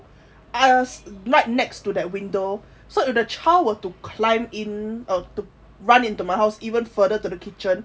I was like right next to the window so if the child were to climb in uh to run into my house even further to the kitchen